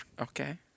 Okay